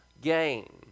gain